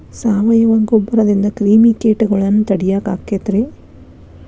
ಸಾವಯವ ಗೊಬ್ಬರದಿಂದ ಕ್ರಿಮಿಕೇಟಗೊಳ್ನ ತಡಿಯಾಕ ಆಕ್ಕೆತಿ ರೇ?